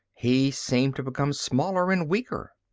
he seemed to become smaller and weaker.